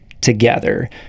together